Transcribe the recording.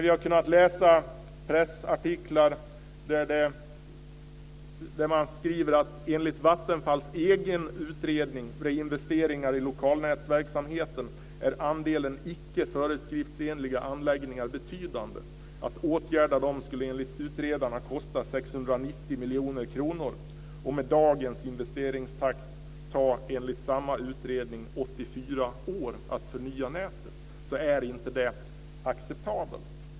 Vi har kunnat läsa pressartiklar där det står att enligt Vattenfalls egen utredning, Reinvesteringar i lokalnätsverksamheten, är andelen icke föreskriftsenliga anläggningar betydande. Att åtgärda dem skulle enligt utredarna kosta 690 miljoner kronor. Med dagens investeringstakt skulle det enligt samma utredning ta 84 år att förnya nätet. Det är inte acceptabelt.